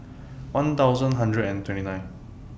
one thousand hundred and twenty nine